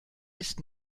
ist